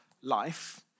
life